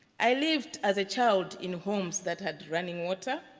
i lived as a child in homes that had running water.